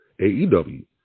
AEW